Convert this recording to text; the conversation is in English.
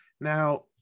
Now